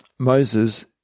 Moses